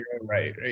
right